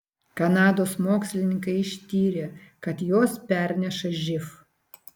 kanados mokslininkai ištyrė kad jos perneša živ